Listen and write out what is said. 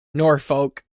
norfolk